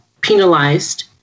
penalized